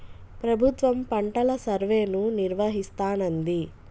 ప్రభుత్వం పంటల సర్వేను నిర్వహిస్తానంది